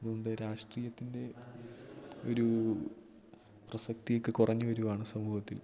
അതുകൊണ്ട് രാഷ്ട്രീയത്തിൻ്റെ ഒരൂ പ്രസക്തിയൊക്കെ കുറഞ്ഞു വരികയാണ് സമൂഹത്തിൽ